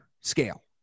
scale